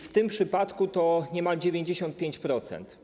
W tym przypadku to niemal 95%.